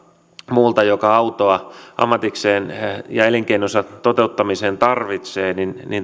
muulta joka autoa ammattinsa ja elinkeinonsa toteuttamiseen tarvitsee